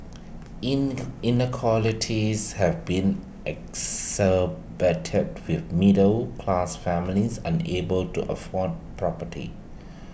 in have been with middle class families unable to afford property